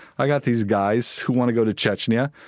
i got these guys who wanna go to chechnya,